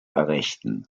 errichten